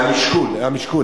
המשכון.